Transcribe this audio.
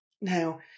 Now